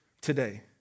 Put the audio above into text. today